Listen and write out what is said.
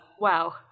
Wow